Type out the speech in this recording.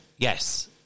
Yes